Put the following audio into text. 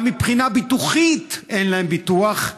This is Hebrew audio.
גם מבחינה ביטוחית, אין להם ביטוח.